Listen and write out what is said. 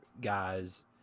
guys